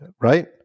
right